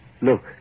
Look